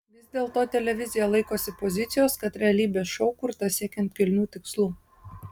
vis dėlto televizija laikosi pozicijos kad realybės šou kurtas siekiant kilnių tikslų